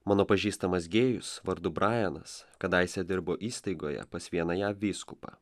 mano pažįstamas gėjus vardu brajanas kadaise dirbo įstaigoje pas vieną jav vyskupą